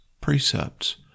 precepts